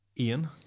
ian